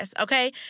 okay